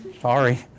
sorry